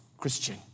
christian